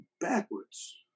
backwards